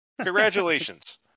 congratulations